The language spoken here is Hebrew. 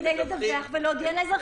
כדי לדווח ולהודיע לאזרחים.